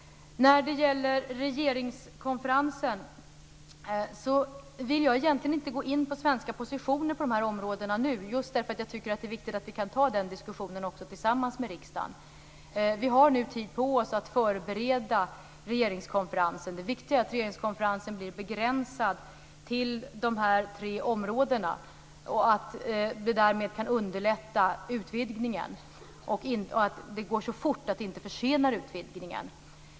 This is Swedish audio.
När det gäller regeringskonferensen vill jag egentligen inte nu gå in på svenska positioner på dessa områden just därför att jag tycker att det är viktigt att vi kan ta den diskussionen tillsammans med riksdagen. Vi har tid på oss att förbereda regeringskonferensen. Det viktiga är att regeringskonferensen blir begränsad till dessa tre områden och att den därmed kan underlätta utvidgningen. Det är också viktigt att det går så fort att det inte försenar utvidgningen.